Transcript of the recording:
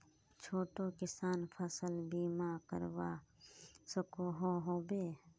छोटो किसान फसल बीमा करवा सकोहो होबे?